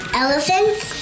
elephants